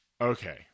okay